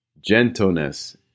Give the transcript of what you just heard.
gentleness